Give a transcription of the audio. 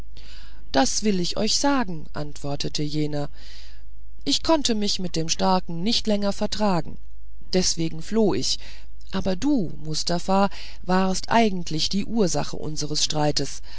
das will ich euch sagen antwortete jener ich konnte mich mit dem starken nicht länger vertragen deswegen floh ich aber du mustafa warst eigentlich die ursache unseres streites